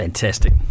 Fantastic